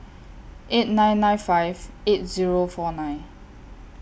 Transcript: eight nine nine five eight Zero four nine